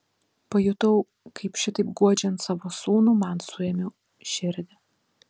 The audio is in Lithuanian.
pajutau kaip šitaip guodžiant savo sūnų man suėmė širdį